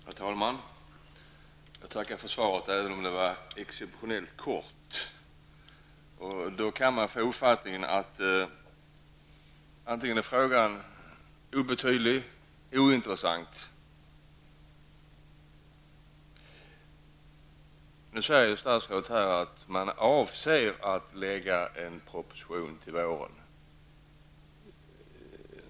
Herr talman! Jag tackar för svaret, som dock är exceptionellt kort. Man kan få uppfattningen att frågan är antingen obetydlig eller också ointressant. Nu säger statsrådet att regeringen har för avsikt att lägga fram en proposition till våren.